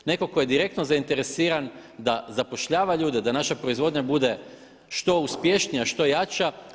Neko ko je direktno zainteresiran da zapošljava ljude, da naša proizvodnja bude što uspješnija, što jača.